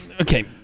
Okay